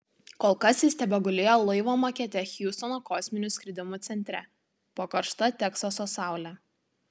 kol kas jis tebegulėjo laivo makete hjustono kosminių skridimų centre po karšta teksaso saule